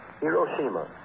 Hiroshima